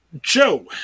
Joe